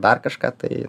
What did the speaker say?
dar kažką tai